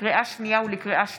לקריאה שנייה ולקריאה שלישית,